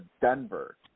Denver